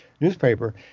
newspaper